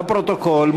לפרוטוקול,